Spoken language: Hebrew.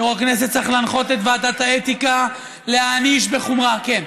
יו"ר הכנסת צריך להנחות את ועדת האתיקה להעניש בחומרה כן.